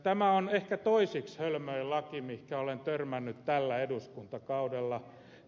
tämä on ehkä toiseksi hölmöin laki mihin olen törmännyt tällä eduskuntakaudella